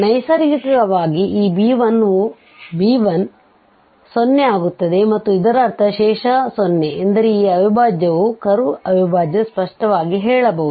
ನೈಸರ್ಗಿಕವಾಗಿ ಈ b1ವು 0 ಆಗುತ್ತದೆ ಮತ್ತು ಇದರರ್ಥ ಶೇಷ 0 ಎಂದರೆ ಈ ಅವಿಭಾಜ್ಯ ವು ಕರ್ವ್ ಅವಿಭಾಜ್ಯ ಸ್ಪಷ್ಟವಾಗಿ ಹೇಳಬಹುದು